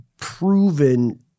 proven –